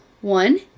one